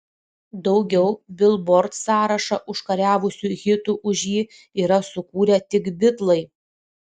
daugiau bilbord sąrašą užkariavusių hitų už jį yra sukūrę tik bitlai